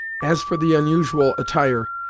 as for the unusual attire,